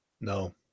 No